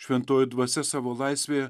šventoji dvasia savo laisvėje